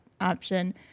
option